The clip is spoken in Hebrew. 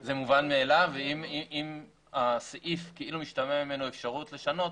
זה מובן מאליו ואם מהסעיף משתמעת אפשרות לשנות,